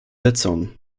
sitzung